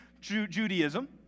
Judaism